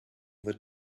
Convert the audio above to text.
the